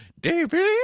David